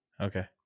Okay